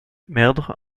merdre